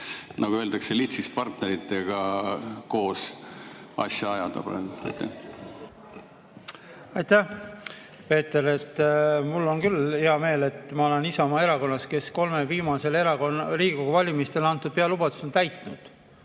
nagu öeldakse, litsist partneritega koos asja ajada praegu? Aitäh, Peeter! Mul on küll hea meel, et ma olen Isamaa Erakonnas, kes kolmel viimasel Riigikogu valimisel antud pealubadused on täitnud.